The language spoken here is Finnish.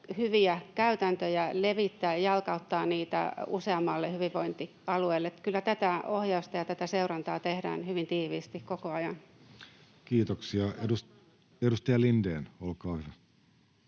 hyviä käytäntöjä, levittää ja jalkauttaa niitä useammalle hyvinvointialueelle. Kyllä tätä ohjausta ja tätä seurantaa tehdään hyvin tiiviisti koko ajan. Kiitoksia. — Edustaja Lindén, olkaa hyvä.